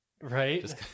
right